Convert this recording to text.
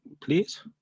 please